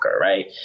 right